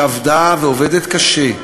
שעבדה ועובדת קשה,